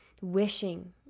wishing